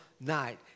night